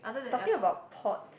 talking about port